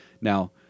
now